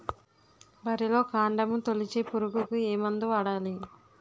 వరిలో కాండము తొలిచే పురుగుకు ఏ మందు వాడాలి?